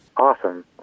Awesome